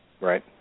Right